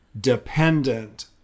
dependent